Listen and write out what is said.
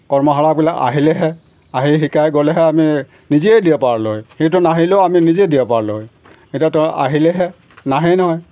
কৰ্মশালাবিলাক আহিলেহে আহি শিকাই গ'লেহে আমি নিজেই দিব পাৰিলো হয় সেইটো নাহিলেও আমি নিজে দিব পাৰিলো হয় এতিয়াতো আহিলেহে নাহেই নহয়